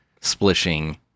splishing